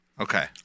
Okay